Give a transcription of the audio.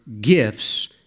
gifts